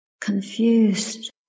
confused